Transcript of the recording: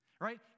Right